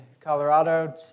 Colorado